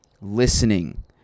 listening